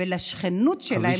ולשכנות שלהם,